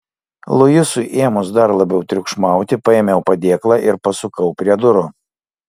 luisui ėmus dar labiau triukšmauti paėmiau padėklą ir pasukau prie durų